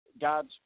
God's